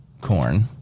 corn